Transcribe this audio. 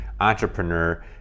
entrepreneur